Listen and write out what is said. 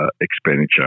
expenditure